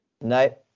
No